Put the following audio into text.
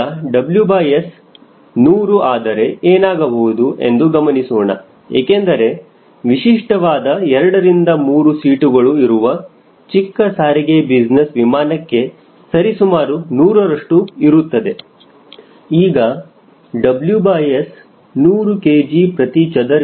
ಈಗ WS 100 ಆದರೆ ಏನಾಗಬಹುದು ಎಂದು ಗಮನಿಸೋಣ ಏಕೆಂದರೆ ವಿಶಿಷ್ಟವಾದ 2 ರಿಂದ 3 ಸೀಟುಗಳು ಇರುವ ಚಿಕ್ಕ ಸಾರಿಗೆ ಬಿಸಿನೆಸ್ ವಿಮಾನಕ್ಕೆ ಸರಿಸುಮಾರು ನೂರರಷ್ಟು ಇರುತ್ತದೆ